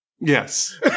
Yes